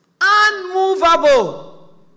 unmovable